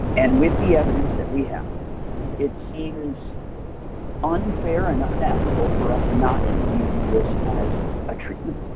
and with the evidence that we have it seems unfair and unethical for us not to be using this as a treatment.